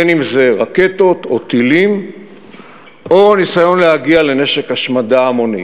בין אם זה רקטות או טילים או ניסיון להגיע לנשק השמדה המוני.